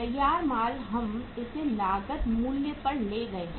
तैयार माल हम इसे लागत मूल्य पर ले गए हैं